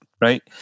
right